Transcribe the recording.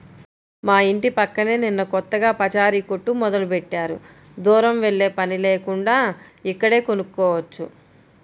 మా యింటి పక్కనే నిన్న కొత్తగా పచారీ కొట్టు మొదలుబెట్టారు, దూరం వెల్లేపని లేకుండా ఇక్కడే కొనుక్కోవచ్చు